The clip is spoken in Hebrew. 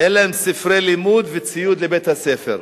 אין להם ספרי לימוד וציוד לבית-הספר.